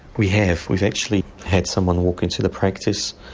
we have, we've actually had someone walk into the practice,